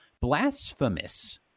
blasphemous